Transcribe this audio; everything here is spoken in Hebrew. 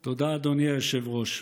תודה, אדוני היושב-ראש.